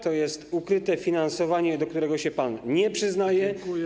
To jest ukryte finansowanie, do którego się pan nie przyznaje.